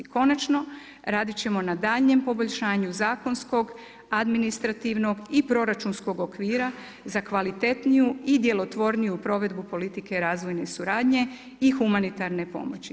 Konačno, raditi ćemo na daljnjem poboljšanju zakonskog, administrativnog i proračunskog okvira za kvalitetniju i djelotvorniju provedbu politike razvojne suradnje i humanitarne pomoći.